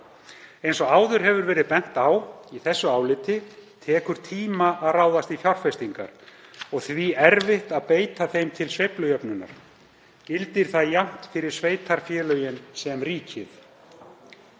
„Eins og áður hefur verið bent á í þessu áliti tekur tíma að ráðast í fjárfestingar og því erfitt að beita þeim til sveiflujöfnunar. Gildir það jafnt fyrir sveitarfélögin sem ríkið.“